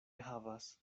havas